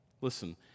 Listen